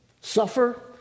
suffer